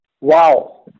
Wow